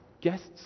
guests